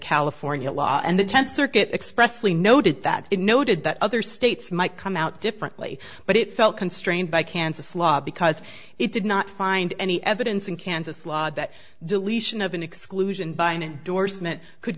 california law and the tenth circuit expressly noted that it noted that other states might come out differently but it felt constrained by kansas law because it did not find any evidence in kansas law that deletion of an exclusion by an endorsement could